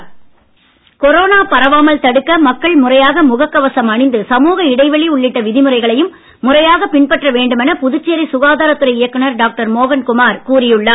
Mohankumar corona பரவாமல் தடுக்க மக்கள் முறையாக முகக் கவசம் அணிந்து சமூக இடைவெளி உள்ளிட்ட விதிமுறைகளையும் முறையாக பின்பற்ற வேண்டுமென புதுச்சேரி சுகாதாரத் துறை இயக்குனர் டாக்டர் மோகன்குமார் கூறி உள்ளார்